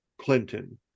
Clinton